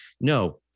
no